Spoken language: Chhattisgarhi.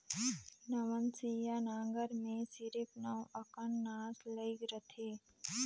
नवनसिया नांगर मे सिरिप नव अकन नास लइग रहथे